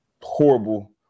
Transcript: horrible